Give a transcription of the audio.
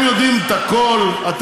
החוק מושחת, החוק מושחת.